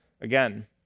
Again